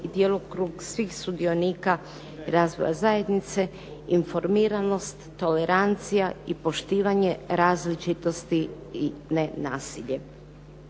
djelokrug svih sudionika i razvoja zajednice, informiranost, tolerancija i poštivanje različitosti i ne nasilje.